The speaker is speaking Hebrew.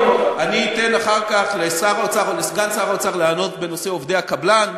אני אתן אחר כך לשר האוצר או לסגן שר האוצר לענות בנושא עובדי הקבלן,